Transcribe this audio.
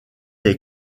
est